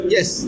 Yes